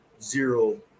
zero